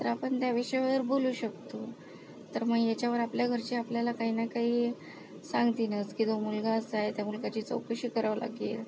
तर आपण त्या विषयावर बोलू शकतो तर मग ह्याच्यावर आपल्या घरचे आपल्याला काही ना काही सांगतीलच की तो मुलगा असा आहे त्या मुलग्याची चौकशी करावी लागेल